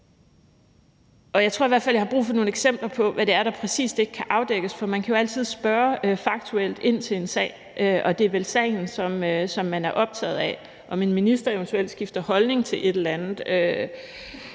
jeg tror i hvert fald, jeg har brug for nogle eksempler på, hvad det præcis er, der ikke kan afdækkes, for man kan jo altid spørge faktuelt ind til en sag, og det er vel sagen, som man er optaget af. Om en minister eventuelt skifter holdning til et eller andet,